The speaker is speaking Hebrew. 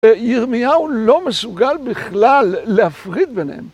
וירמיהו לא מסוגל בכלל להפריד ביניהם.